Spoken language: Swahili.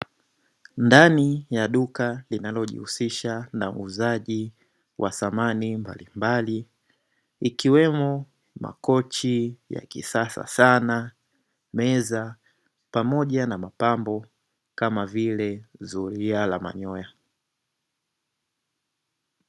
Ndani ya duka linalijihusisha na uuzaji wa samani mbalimbali, ikiwemo makochi ya kisasa sana meza pamoja na mapambo kama vile zulia la manyoya.